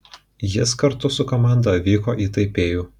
jis kartu su komanda vyko į taipėjų